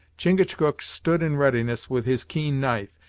chingachgook stood in readiness with his keen knife,